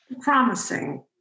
promising